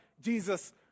Jesus